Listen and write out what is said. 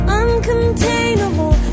uncontainable